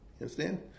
understand